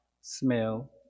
smell